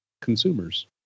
consumers